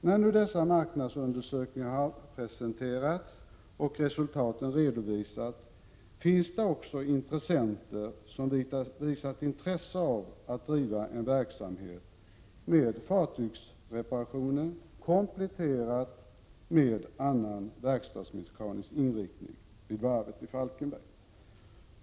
När nu dessa marknadsundersökningar har presenterats och resultaten redovisats finns det också intressenter som visat intresse av att driva en verksamhet med fartygsreparation kompletterad med annan verkstadsmekanisk inriktning vid varvet i Falkenberg.